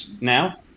now